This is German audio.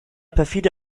perfide